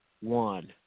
one